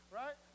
right